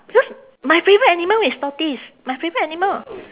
because my favourite animal is tortoise my favourite animal